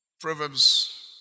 Proverbs